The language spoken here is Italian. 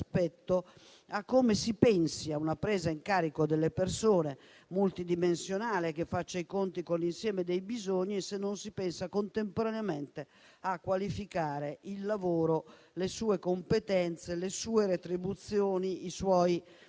rispetto a come si possa pensare a una presa in carico delle persone, che sia multidimensionale e faccia i conti con l'insieme dei bisogni, se non si pensa contemporaneamente a qualificare il lavoro, le sue competenze, le sue retribuzioni, i suoi